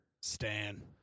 Stan